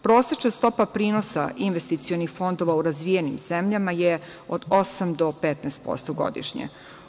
Prosečna stopa prinosa investicionih fondova u razvijenim zemljama je od 8% do 15% godišnje.